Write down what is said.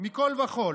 מכול וכול.